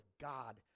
god